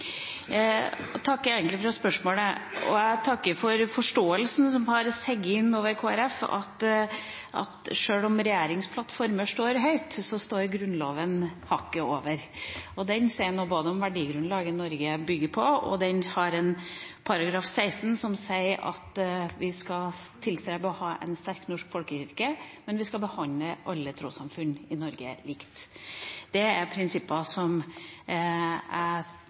takker for spørsmålet, og jeg takker for forståelsen som har seget inn over Kristelig Folkeparti, av at sjøl om regjeringsplattformer står høyt, står Grunnloven hakket over. Den sier noe om verdigrunnlaget Norge bygger på, og den inneholder § 16, som sier at vi skal tilstrebe å ha en sterk norsk folkekirke, men vi skal behandle alle trossamfunn i Norge likt. Det er prinsipper som jeg